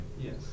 Yes